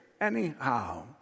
Anyhow